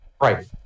right